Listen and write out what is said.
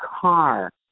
car